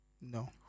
No